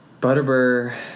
Butterbur